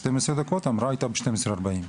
ההמראה הייתה ב-12:40.